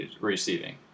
receiving